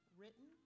written